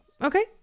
okay